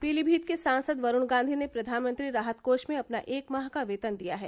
पीलीमीत के सांसद वरूण गांधी ने प्रधानमंत्री राहत कोष में अपना एक माह का वेतन दिया है